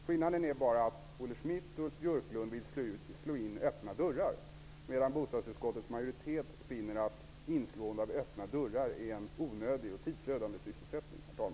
Skillnaden är bara att Olle Schmidt och Ulf Björklund vill slå in öppna dörrar, medan bostadsutskottets majoritet finner att det är en onödig och tidsödande sysselsättning att slå in öppna dörrar.